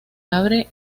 abre